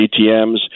ATMs